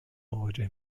مواجه